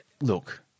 look